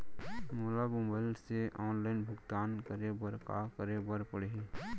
मोला मोबाइल से ऑनलाइन भुगतान करे बर का करे बर पड़ही?